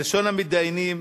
ראשון המתדיינים,